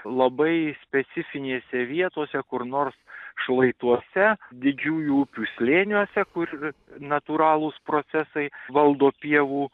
labai specifinėse vietose kur nors šlaituose didžiųjų upių slėniuose kur natūralūs procesai valdo pievų